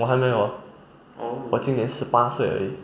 我还没有 ah 我今年十八岁而已